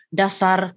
dasar